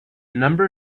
number